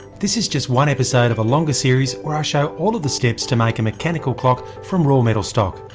this is just one episode of a longer series, where i show all of the steps to make a mechanical clock from raw metal stock,